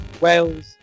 Wales